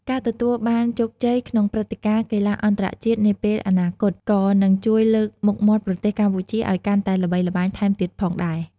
ការទទួលបានជោគជ័យក្នុងព្រឹត្តិការណ៍កីឡាអន្តរជាតិនាពេលអនាគត ក៏នឹងជួយលើកមុខមាត់ប្រទេសកម្ពុជាឱ្យកាន់តែល្បីល្បាញថែមទៀតផងដែរ។